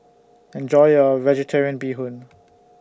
Enjoy your Vegetarian Bee Hoon